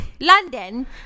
London